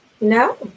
No